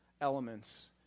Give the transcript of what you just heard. elements